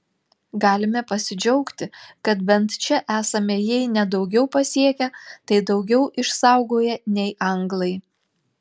galime pasidžiaugti kad bent čia esame jei ne daugiau pasiekę tai daugiau išsaugoję nei anglai